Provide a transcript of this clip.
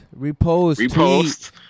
Repost